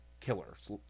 killer's